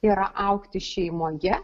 yra augti šeimoje